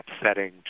upsetting